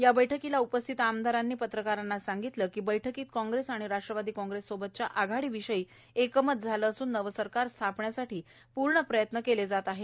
या बैठकीला उपस्थित आमदारांनी पत्रकारांना सांगितलं की बैठकीत कांग्रेस आणि राष्ट्रवादी कांग्रेस सोबतच्या आघाडी विषयी एकमत झालं असून नवं सरकार स्थापन्यासाठी पूर्ण प्रयत्न केले जात आहे